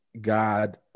God